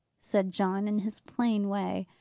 said john in his plain way.